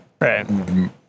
right